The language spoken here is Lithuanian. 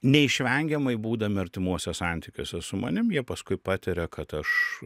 neišvengiamai būdami artimuose santykiuose su manim jie paskui patiria kad aš